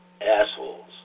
assholes